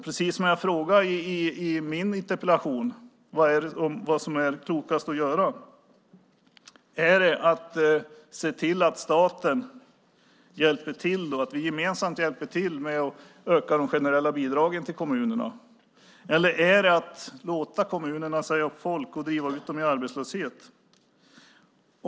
Precis som jag frågade i min interpellation undrar jag här vad som är klokast att göra: Är det att se till att staten, vi gemensamt, hjälper till med att öka de generella bidragen till kommunerna, eller är det att låta kommunerna säga upp folk och driva ut dem i arbetslöshet?